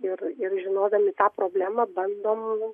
ir ir žinodami tą problemą bandom